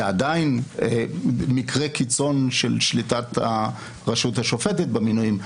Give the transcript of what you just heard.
זה עדיין מקרה קיצון של שליטת הרשות השופטת במינויים,